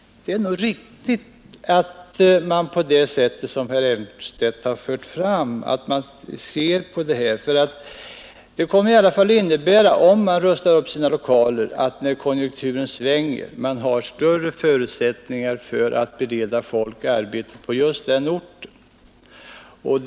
Det är nog riktigt att man bör se detta på det sätt som herr Elmstedt har talat om. Om man rustar upp sina lokaler, så har man, när industrioch servicelokaler på likartade villkor som konjunkturen svänger, större förutsättningar att bereda folk arbete på just den orten där företaget är beläget.